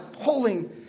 pulling